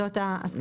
זאת ההסכמה.